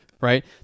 right